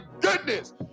goodness